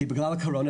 כי בגלל הקורונה,